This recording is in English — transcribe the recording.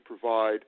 provide